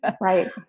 Right